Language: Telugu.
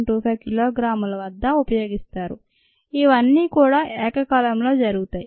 25 కిలోగ్రాముల వద్ద ఉపయోగిస్తారు ఇవన్నీ కూడా ఏకకాలంలో జరుగుతాయి